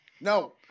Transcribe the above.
No